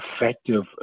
effective